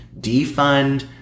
defund